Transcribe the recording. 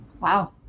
Wow